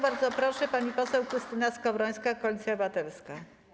Bardzo proszę, pani poseł Krystyna Skowrońska, Koalicja Obywatelska.